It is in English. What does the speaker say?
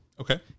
Okay